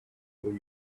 will